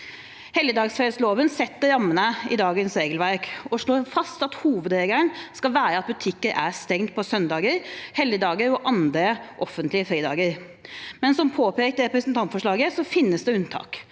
Helligdagsfredloven setter rammene i dagens regelverk og slår fast at hovedregelen skal være at butikker er stengt på søndager, helligdager og andre offentlige fridager, men som påpekt i representantforslaget finnes det unntak,